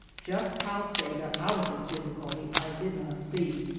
just how faye got out of his difficulty i did not see,